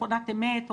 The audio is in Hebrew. מכונת אמת.